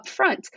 upfront